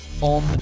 on